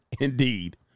indeed